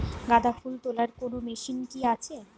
গাঁদাফুল তোলার কোন মেশিন কি আছে?